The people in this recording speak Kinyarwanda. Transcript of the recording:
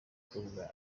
perezida